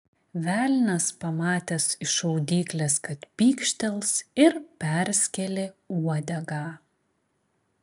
velnias pamatęs iš šaudyklės kad pykštels ir perskėlė uodegą